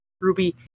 Ruby